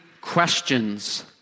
questions